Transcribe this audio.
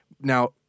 Now